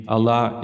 Allah